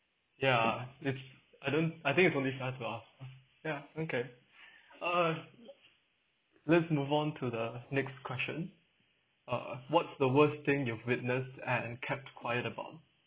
ya it's I don't I think he's only start to ask ya okay uh let's move on to the next question uh what's the worst thing you've witnessed and kept quiet about